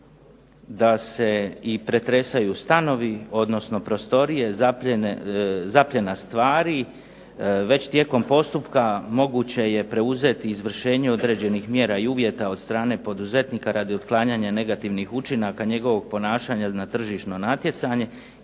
da se i pretresaju stanovi, odnosno prostorije, zapljena stvari. Već tijekom postupka moguće je preuzeti izvršenje određenih mjera i uvjeta od strane poduzetnika radi otklanjanja negativnih učinaka njegovog ponašanja na tržišno natjecanje